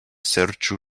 serĉu